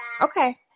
Okay